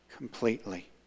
completely